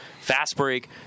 fast-break